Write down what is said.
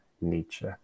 Nietzsche